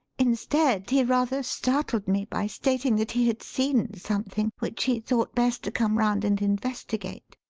instead, he rather startled me by stating that he had seen something which he thought best to come round and investigate.